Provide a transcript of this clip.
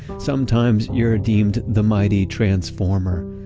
sometimes you're deemed the mighty transformer,